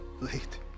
Late